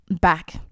back